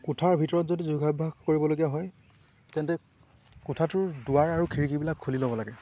কোঠাৰ ভিতৰত যদি যোগাভ্যাস কৰিবলগীয়া হয় তেন্তে কোঠাটোৰ দুৱাৰ আৰু খিৰিকীবিলাক খুলি ল'ব লাগে